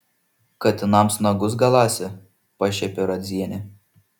katinams nagus galąsi pašiepė radzienę